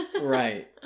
right